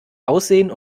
aussehen